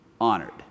honored